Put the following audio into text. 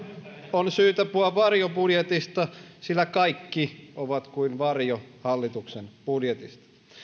on syytä puhua varjobudjetista sillä kaikki ovat kuin varjo hallituksen budjetista